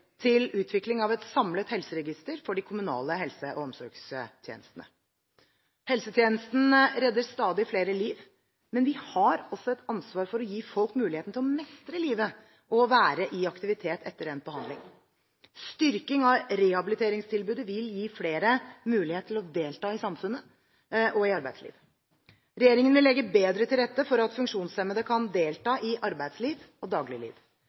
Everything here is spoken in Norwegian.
til utvikling av et samlet helseregister for de kommunale helse- og omsorgstjenestene. Helsetjenesten redder stadig flere liv, men vi har også et ansvar for å gi folk muligheten til å mestre livet og å være i aktivitet etter endt behandling. Styrking av rehabiliteringstilbudet vil gi flere mulighet til å delta i samfunnet og i arbeidslivet. Regjeringen vil legge bedre til rette for at funksjonshemmede kan delta i arbeidsliv og dagligliv.